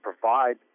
provide